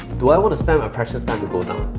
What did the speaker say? do i want to spend my precious time to go down,